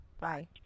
Bye